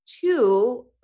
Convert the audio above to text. two